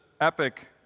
epic